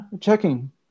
checking